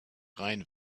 rein